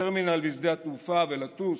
להיכנס לטרמינל בשדה התעופה ולטוס.